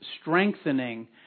strengthening